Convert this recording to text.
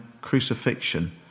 crucifixion